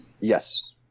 Yes